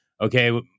okay